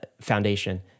Foundation